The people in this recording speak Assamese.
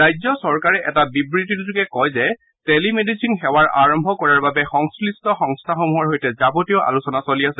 ৰাজ্যচৰকাৰে এটা বিবৃতিযোগে কয় যে টেলিমেডিচিন সেৱাৰ আৰম্ভ কৰাৰ বাবে সংশ্লিট সংস্থাসমূহৰ সৈতে যাৱতীয় আলোচনা চলি আছে